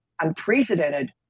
Unprecedented